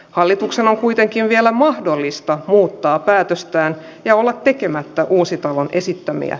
hallituksen on kuitenkin vielä mahdollista muuttaa päätöstään ja olla tekemättä uusittava esittämiä